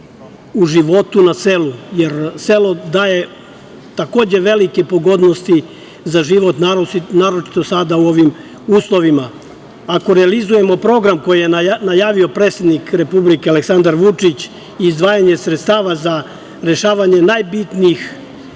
u životu na selu, jer selo daje takođe velike pogodnosti za život, naročito sada u ovim uslovima. Ako realizujemo program koji je najavio predsednik Republike Aleksandar Vučić – izdvajanje sredstava za rešavanje najbitnijih